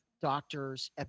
doctors